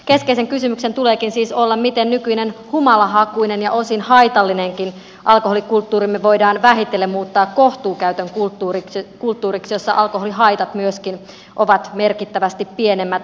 keskeisen kysymyksen tuleekin siis olla miten nykyinen humalahakuinen ja osin haitallinenkin alkoholikulttuurimme voidaan vähitellen muuttaa kohtuukäytön kulttuuriksi jossa myöskin alkoholihaitat ovat merkittävästi pienemmät